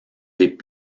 des